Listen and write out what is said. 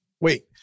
wait